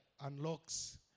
unlocks